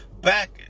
back